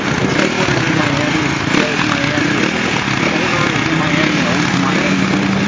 its headquarters are in miami, its ceo is in miami. its its owner is in miami and owns the miami heat.